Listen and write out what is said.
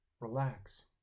Relax